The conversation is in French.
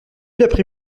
d’après